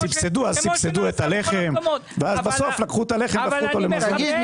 סבסדו את הלחם ואז בסוף לקחו את הלחם והפכו אותו למזון --- תגיד,